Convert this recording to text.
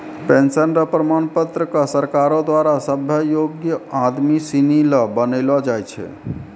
pension र प्रमाण पत्र क सरकारो द्वारा सभ्भे योग्य आदमी सिनी ल बनैलो जाय छै